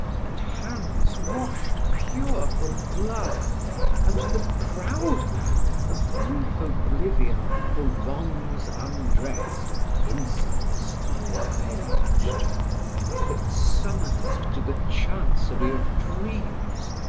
and hands washed pure from blood and to the proud man a brief oblivion for wrongs undress'd and insults unavenged that summonest to the chancery of dreams,